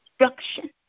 instruction